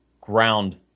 ground